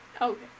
Okay